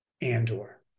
Andor